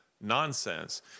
nonsense